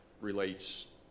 relates